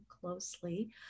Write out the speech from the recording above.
closely